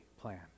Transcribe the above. plan